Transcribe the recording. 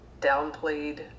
downplayed